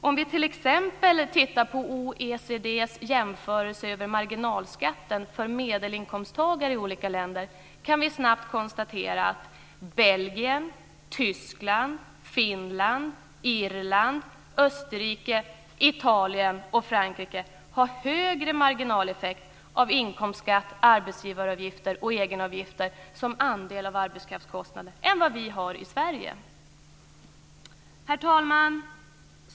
Om vi t.ex. tittar på OECD:s jämförelse av marginalskatten för medelinkomsttagare i olika länder kan vi snabbt konstatera att Belgien, Tyskland, Finland, Irland, Österrike, Italien och Frankrike har högre marginaleffekt av inkomstskatt, arbetsgivaravgifter och egenavgifter som andel av arbetskraftskostnaden än vad vi har i Sverige. Herr talman!